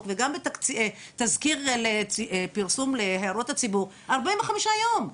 וגם בתזכיר פרסום להערות הציבור זה 45 יום.